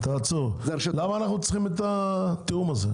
אנחנו צריכים את התיאום הזה?